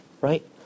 right